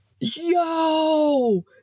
yo